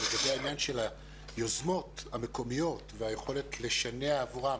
לגבי העניין של היוזמות המקומיות והיכולת לשנע עבורם